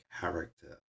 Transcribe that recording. character